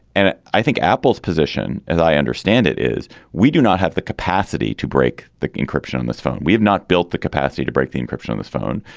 and i think apple's position, as i understand it, is we do not have the capacity to break the encryption on this phone. we have not built the capacity to break the encryption on this phone.